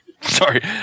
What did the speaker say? Sorry